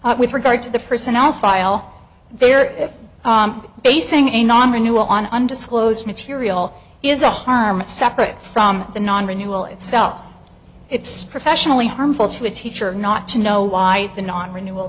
with regard to the personnel file there is basing a non renewal on undisclosed material is a harm it's separate from the non renewal itself it's professionally harmful to a teacher not to know why the non renewal